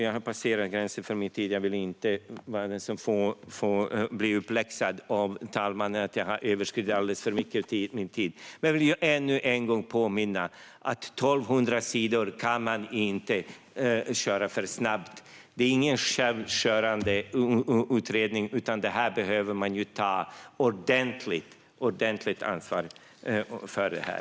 Jag har passerat gränsen för min talartid och vill inte vara den som blir uppläxad av talmannen för att jag överskridit min talartid alldeles för mycket. Men jag vill ännu en gång påminna om att dessa 1 200 sidor inte är något som man ska köra för snabbt. Det är ingen självkörande utredning, utan det här behöver man ta ordentligt ansvar för.